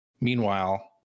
Meanwhile